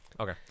Okay